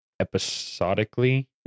episodically